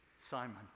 Simon